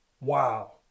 wow